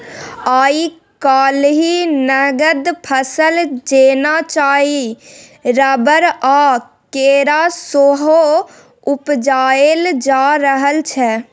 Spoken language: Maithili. आइ काल्हि नगद फसल जेना चाय, रबर आ केरा सेहो उपजाएल जा रहल छै